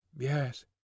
yes